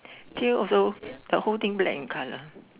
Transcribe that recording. tail also the whole thing black in colour